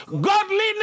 Godliness